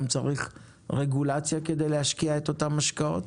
צריך רגולציה כדי להשקיע את אותם השקעות,